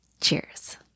Cheers